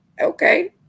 okay